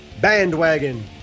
Bandwagon